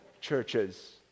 churches